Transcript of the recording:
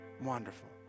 Wonderful